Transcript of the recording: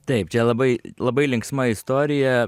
taip čia labai labai linksma istorija